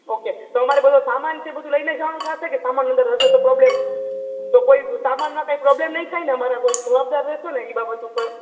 okay તો અમારે બધો સામાન છે એ બધું લઈને જવાનું થશે કે સામાન અંદર હશે તો પ્રોબ્લમ તો કોઈ સામાનમાં કાઇ પ્રોબ્લમ નહીં થાય ને અમારા કોઈ જવાબદાર રહેશો ને એ બાબત ઉપર